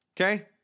Okay